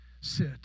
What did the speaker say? sit